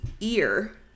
ear